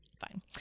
Fine